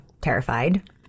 terrified